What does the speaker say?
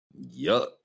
Yuck